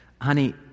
Honey